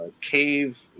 Cave